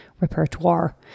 repertoire